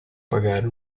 pagare